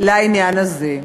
לעניין הזה.